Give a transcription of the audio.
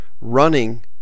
running